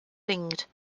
thinged